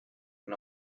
can